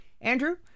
Andrew